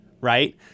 right